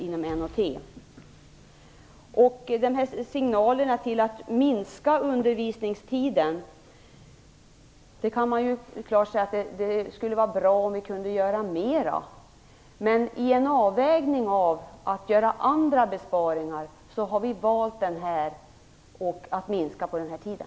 Ulf Melin talade om signalen att minska undervisningstiden. Det är klart att det vore bra om vi kunde göra mera, men i en avvägning mellan att göra andra besparingar har vi valt att minska på den här tiden.